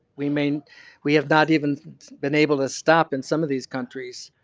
we may we have not even been able to stop in some of these countries